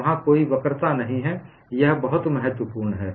वहां कोई वक्रता नहीं है यह बहुत महत्वपूर्ण है